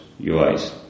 UIs